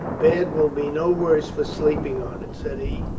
bad will be no worse for sleeping on it, said he.